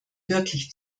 wirklich